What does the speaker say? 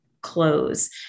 close